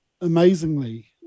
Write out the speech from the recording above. amazingly